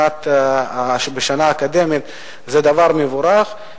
לשנה אקדמית זה דבר מבורך,